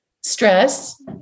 Stress